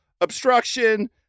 obstruction